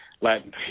Latin